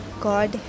God